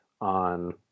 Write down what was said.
on